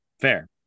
fair